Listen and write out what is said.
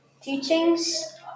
teachings